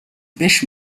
peix